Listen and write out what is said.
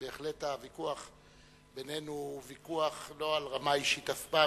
והוויכוח בינינו הוא לא ברמה האישית אף פעם,